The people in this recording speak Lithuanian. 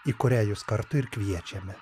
į kurią jus kartu ir kviečiame